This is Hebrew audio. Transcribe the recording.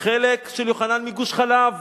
חלק, של יוחנן מגוש-חלב,